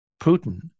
Putin